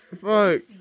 Fuck